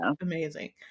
amazing